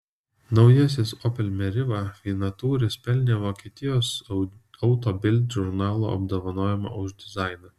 naujasis opel meriva vienatūris pelnė vokietijos auto bild žurnalo apdovanojimą už dizainą